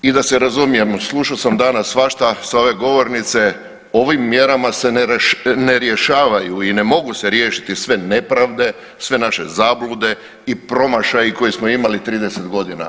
I da se razumijemo, slušao sam danas svašta s ove govornice, ovim mjerama se ne rješavaju i ne mogu se riješiti sve nepravde, sve naše zablude i promašaji koje smo imali 30 godina.